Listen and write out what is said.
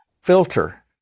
filter